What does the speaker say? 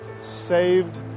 Saved